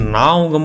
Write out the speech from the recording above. Now